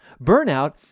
Burnout